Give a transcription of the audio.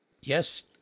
Yes